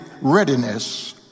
readiness